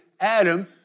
Adam